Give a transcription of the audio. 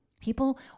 People